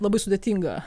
labai sudėtinga